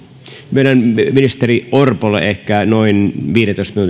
myönnän ministeri orpolle ehkä noin vajaan viidentoista